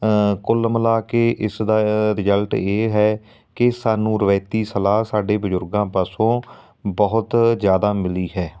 ਕੁੱਲ ਮਿਲਾ ਕੇ ਇਸਦਾ ਰਿਜ਼ਲਟ ਇਹ ਹੈ ਕਿ ਸਾਨੂੰ ਰਵਾਇਤੀ ਸਲਾਹ ਸਾਡੇ ਬਜ਼ੁਰਗਾਂ ਪਾਸੋਂ ਬਹੁਤ ਜ਼ਿਆਦਾ ਮਿਲੀ ਹੈ